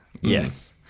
Yes